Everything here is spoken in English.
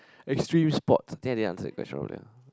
extreme sports think I did answer that question already ah